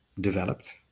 developed